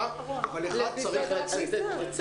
השאלה מה קורה אחרי פסח?